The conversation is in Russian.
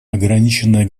ограниченное